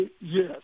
yes